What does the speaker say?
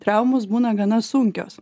traumos būna gana sunkios